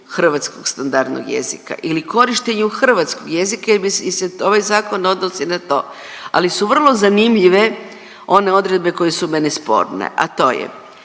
hrvatskog standardnog jezika ili korištenju hrvatskog jezika jer bi se, ovaj zakon odnosi na to, ali su vrlo zanimljive one odredbe koje su meni sporne, a to je,